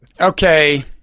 Okay